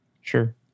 Sure